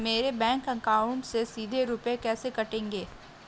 मेरे bank account से सीधे रुपए कैसे कटेंगे?